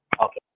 Okay